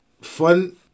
Fun